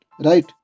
Right